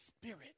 spirit